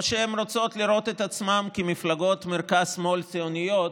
או שהן רוצות לראות את עצמן כמפלגות מרכז-שמאל ציוניות,